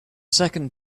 second